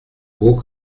beau